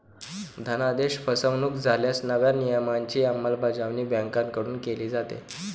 धनादेश फसवणुक झाल्यास नव्या नियमांची अंमलबजावणी बँकांकडून केली जाते